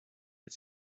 did